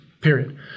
period